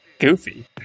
goofy